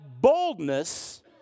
boldness